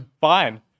fine